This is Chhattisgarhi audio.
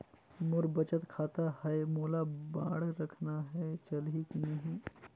मोर बचत खाता है मोला बांड रखना है चलही की नहीं?